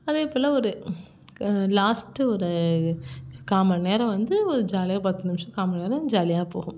அதேபோல் ஒரு க லாஸ்ட்டு ஒரு காமணிநேரம் வந்து ஒரு ஜாலியாக பத்து நிமிடம் காமணிநேரம் ஜாலியாக போகும்